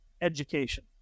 education